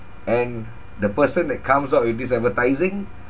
and the person that comes out with this advertising